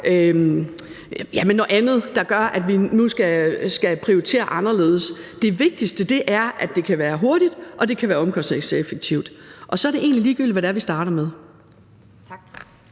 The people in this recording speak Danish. det er noget andet, der gør, at vi nu skal prioritere anderledes. Det vigtigste er, at det kan være hurtigt, og at det kan være omkostningseffektivt, og så er det egentlig ligegyldigt, hvad det er, vi starter med. Kl.